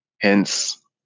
Hence